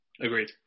Agreed